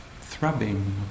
throbbing